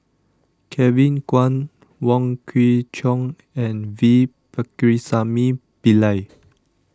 Kevin Kwan Wong Kwei Cheong and V Pakirisamy Pillai